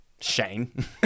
Shane